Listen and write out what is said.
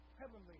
Heavenly